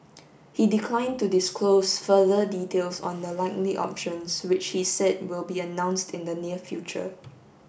he declined to disclose further details on the likely options which he said will be announced in the near future